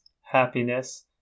happiness